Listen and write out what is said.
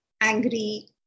angry